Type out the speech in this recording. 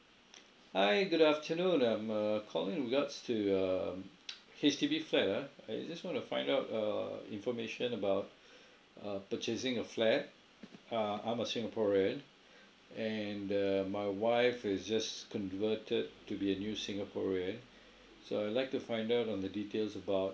hi good afternoon I'm uh calling regards to um H_D_B flat ah I just want to find out err information about uh purchasing a flat err I'm a singaporean and uh my wife is just converted to be a new singaporean so I'd like to find out on the details about